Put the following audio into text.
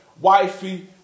wifey